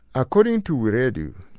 according to wiredu,